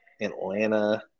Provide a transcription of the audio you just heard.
Atlanta